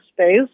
space